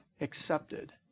Accepted